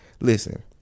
Listen